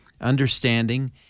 understanding